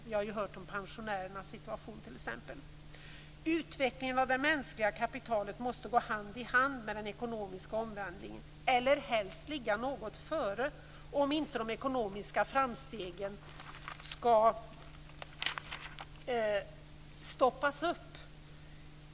Vi har t.ex. hört om pensionärernas situation. Utvecklingen av det mänskliga kapitalet måste gå hand i hand med den ekonomiska omvandlingen - eller helst ligga något före, om inte de ekonomiska framstegen skall stoppas upp.